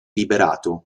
liberato